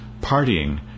partying